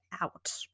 out